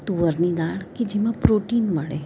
તુવેરની દાળ કે જેમાં પ્રોટીન મળે